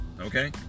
Okay